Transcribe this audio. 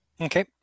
Okay